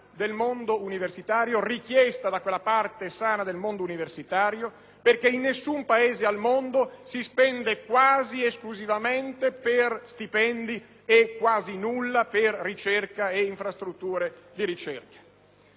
del mondo universitario e da essa richiesta, perché in nessun Paese al mondo si spende quasi esclusivamente per stipendi e quasi nulla per ricerca e infrastrutture di ricerca.